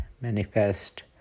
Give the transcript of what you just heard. manifest